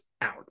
out